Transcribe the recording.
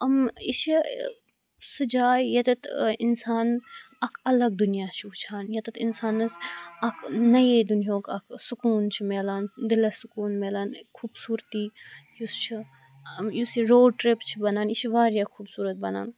یِمہٕ یہِ چھُ سُہ جاے ییٚتتھ اِنسان اَکھ اَلَگ دُنیاہ چھُ وُچھان ییٚتتھ اِنسانَس اَکھ نَیی دُنیاہُک اَکھ سکوٗن چھُ میلان دِلَس سکوٗن میلان خوبصوٗرتی یُس چھُ یُس یہِ روڈ ٹٕرٛپ چھُ بَنان یہِ چھُ واریاہ خوبصوٗرَت بَنن